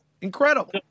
Incredible